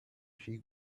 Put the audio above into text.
she